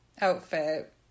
outfit